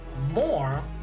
more